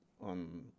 on